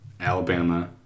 Alabama